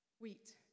Wheat